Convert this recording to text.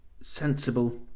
sensible